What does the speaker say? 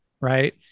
Right